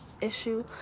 issue